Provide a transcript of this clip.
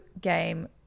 game